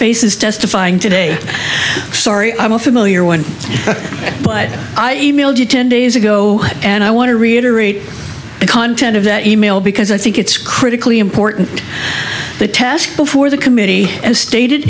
faces testifying today sorry i'm a familiar one but i e mailed you ten days ago and i want to reiterate the content of that e mail because i think it's critically important the task before the committee as stated